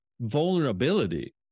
vulnerability